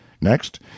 Next